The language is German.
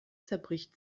zerbricht